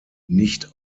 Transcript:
nicht